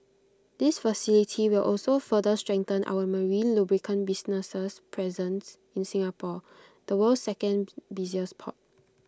this facility will also further strengthen our marine lubricant business's presence in Singapore the world's second busiest port